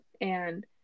and-